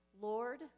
Lord